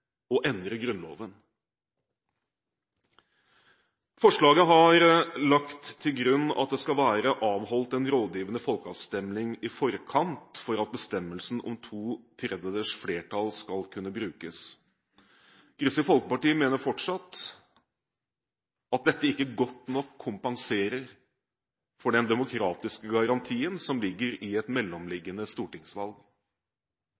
å endre Grunnloven. Forslaget har lagt til grunn at det skal være avholdt en rådgivende folkeavstemning i forkant for at bestemmelsen om to tredjedels flertall skal kunne brukes. Kristelig Folkeparti mener fortsatt at dette ikke godt nok kompenserer for den demokratiske garantien som ligger i et